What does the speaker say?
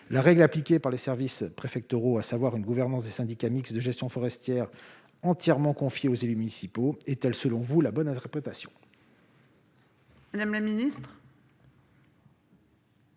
La règle appliquée par les services préfectoraux, à savoir une gouvernance des syndicats mixtes de gestion forestière entièrement confiée aux élus municipaux, est-elle selon vous la bonne interprétation ? La parole est à